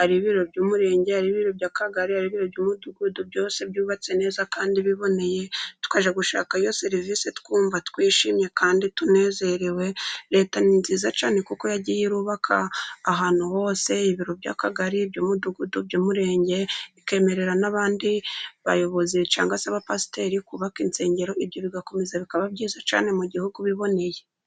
ari ibiro by'umurenge, ari ibiro by'akagari, by'umudugudu, byose byubatse neza, kandi biboneye tukaje gushaka iyo serivisi twumva twishimye kandi tunezerewe, Leta ni nziza cyane kuko yagiye yubaka ahantu hose ibiro by'akagari, by'umudugudu, by'umurenge, ikemerera n'abandi bayobozi cyangwa se abapasiteri bakubaka insengero, ibyo bigakomeza bikaba byiza cyane mu gihugu biboneye.